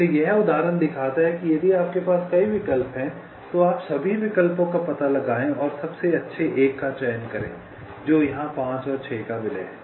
इसलिए यह उदाहरण दिखाता है कि यदि आपके पास कई विकल्प हैं तो आप सभी विकल्पों का पता लगाएं और सबसे अच्छा एक का चयन करें जो यहां 5 और 6 का विलय है